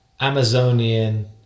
Amazonian